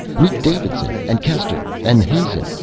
meet davidson and kester and hazen,